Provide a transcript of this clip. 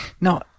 No